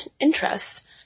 interests